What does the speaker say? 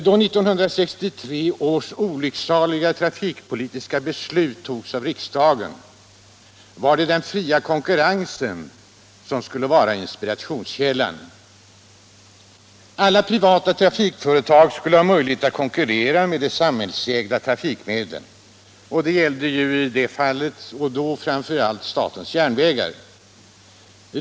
Då 1963 års olycksaliga trafikpolitiska beslut togs av riksdagen var det den fria konkurrensen som skulle vara inspirationskällan. Alla privata trafikföretag skulle ha möjligheter att konkurrera med de samhällsägda trafikmedlen; det gällde här framför allt statens järnvägar.